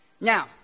Now